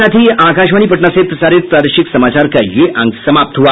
इसके साथ ही आकाशवाणी पटना से प्रसारित प्रादेशिक समाचार का ये अंक समाप्त हुआ